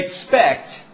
expect